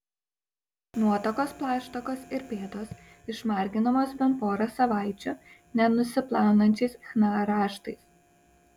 nuotakos plaštakos ir pėdos išmarginamos bent porą savaičių nenusiplaunančiais chna raštais